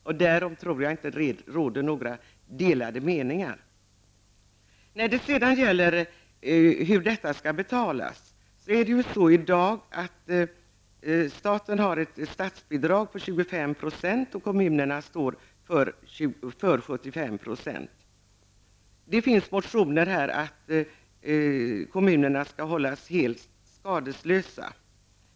På den punkten tror jag inte att det finns några delade meningar. När det sedan gäller hur detta skall betalas vill jag erinra om statsbidraget på 25 % för att täcka kostnaderna. Kommunerna står för resterande 75 %. Det finns motioner, där motionärerna säger att de tycker att kommunerna skall hållas helt skadeslösa.